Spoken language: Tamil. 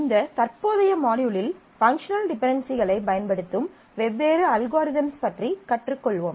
இந்த தற்போதைய மாட்யூலில் பங்க்ஷனல் டிபென்டென்சிகளைப் பயன்படுத்தும் வெவ்வேறு அல்காரிதம்ஸ் பற்றி கற்றுக் கொள்வோம்